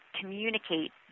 communicate